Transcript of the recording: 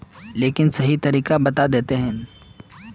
लेकिन सही तरीका बता देतहिन?